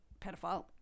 pedophile